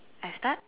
I start